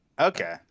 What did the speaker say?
Okay